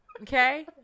Okay